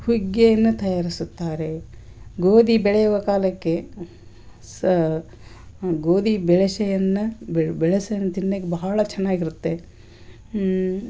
ಹುಗ್ಗಿಯನ್ನು ತಯಾರಿಸುತ್ತಾರೆ ಗೋಧಿ ಬೆಳೆಯುವ ಕಾಲಕ್ಕೆ ಸಹ ಗೋಧಿ ಬೆಳಸೆಯನ್ನು ಬೆಳೆ ಬೆಳಸಂದು ತಿನ್ನೋಕೆ ಬಹಳ ಚೆನ್ನಾಗಿರುತ್ತೆ ಹೂಂ